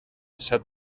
said